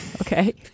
Okay